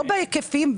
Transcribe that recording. לא בהיקפים,